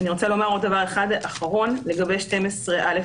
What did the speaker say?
אני רוצה לומר דבר אחרון לגבי 12(א)(1),